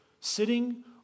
sitting